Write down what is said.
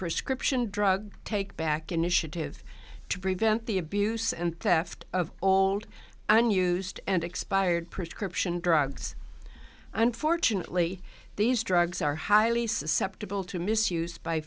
prescription drug take back initiative to prevent the abuse and theft of old unused and expired prescription drugs unfortunately these drugs are highly susceptible to misuse by